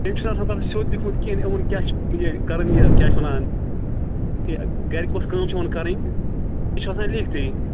تٔمۍ چھِنہٕ آسان تَتھ منٛز سیوٚد لیوکھمُت کِہیٖنۍ یِمَن کیٛاہ چھُ یہِ کَرٕنۍ یہِ کیٛاہ چھِ وَنان یہِ گَرِ کۄس کٲم چھِ یِمَن کَرٕنۍ تہِ چھُنہٕ آسان لیکھتٕے